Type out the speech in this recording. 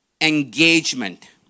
engagement